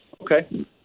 Okay